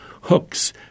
hooks